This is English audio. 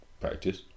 practice